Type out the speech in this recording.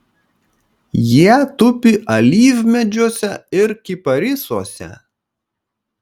jie tupi alyvmedžiuose ir kiparisuose